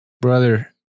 Brother